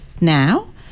now